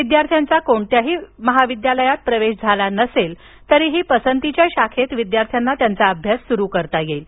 विद्यार्थ्यांचा कोणत्याही महाविद्यालयात प्रवेश झाला नसेल तरीही पसंतीच्या शाखेत विद्यार्थ्यांना त्यांचा अभ्यास सुरू करता येईल